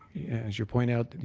as you point out,